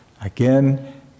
again